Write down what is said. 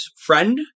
friend